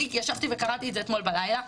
אני ישבתי וקראתי את זה אתמול בלילה,